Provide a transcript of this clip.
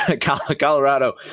Colorado